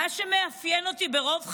מה שמאפיין אותי ברוב חיי.